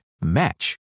match